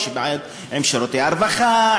יש בעיות עם שירותי הרווחה,